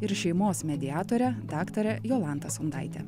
ir šeimos mediatore daktare jolanta sondaite